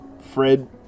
Fred